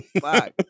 fuck